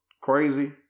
crazy